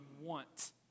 want